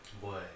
Boy